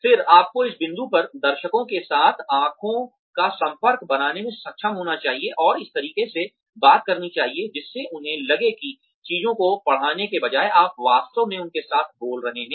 फिर आपको इस बिंदु पर दर्शकों के साथ आंखों का संपर्क बनाने में सक्षम होना चाहिए और इस तरीके से बात करनी चाहिए जिससे उन्हें लगे किचीजों को पढ़ने के बजाय आप वास्तव में उनके साथ बोल रहे हैं